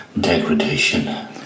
Degradation